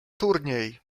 turniej